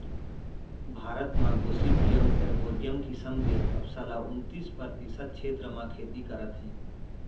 भारत म gossypium arboreum किसम के कपसा ल उन्तीस परतिसत छेत्र म खेती करत हें